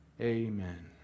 Amen